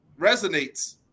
resonates